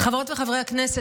חברות וחברי הכנסת,